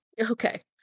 Okay